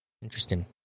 interesting